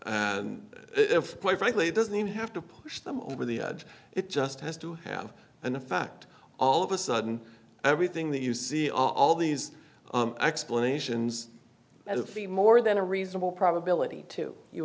and quite frankly it doesn't have to push them over the edge it just has to have an effect all of a sudden everything that you see all these explanations as a fee more than a reasonable probability to you